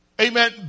Amen